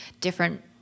different